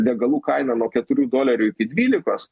degalų kaina nuo keturių dolerių iki dvylikos